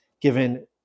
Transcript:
given